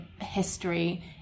history